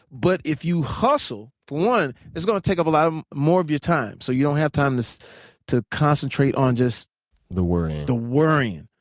but if you hustle, for one, it's gonna take up a lot um more of your time so you don't have time to concentrate on just the worrying. the worrying.